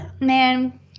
man